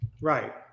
right